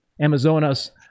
Amazonas